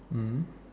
mm